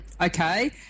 Okay